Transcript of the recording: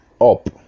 up